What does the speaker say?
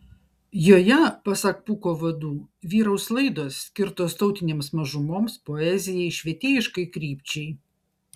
joje pasak pūko vadų vyraus laidos skirtos tautinėms mažumoms poezijai švietėjiškai krypčiai